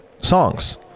songs